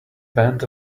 band